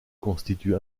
constitue